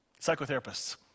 psychotherapists